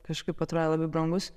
kažkaip atrodė labai brangus